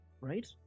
right